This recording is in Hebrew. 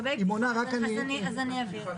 היא מונה --- אז אבהיר.